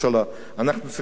אנחנו צריכים להראות,